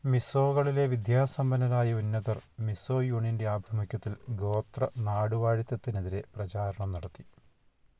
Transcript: മിസോകളിലെ വിദ്യാസമ്പന്നരായ ഉന്നതർ മിസോ യൂണിയന്റെ ആഭിമുഖ്യത്തില് ഗോത്ര നാടുവാഴിത്തത്തിനെതിരെ പ്രചാരണം നടത്തി